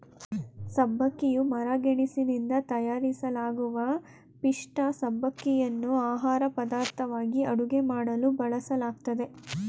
ಸಬ್ಬಕ್ಕಿಯು ಮರಗೆಣಸಿನಿಂದ ತಯಾರಿಸಲಾಗುವ ಪಿಷ್ಠ ಸಬ್ಬಕ್ಕಿಯನ್ನು ಆಹಾರಪದಾರ್ಥವಾಗಿ ಅಡುಗೆ ಮಾಡಲು ಬಳಸಲಾಗ್ತದೆ